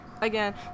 again